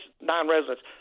non-residents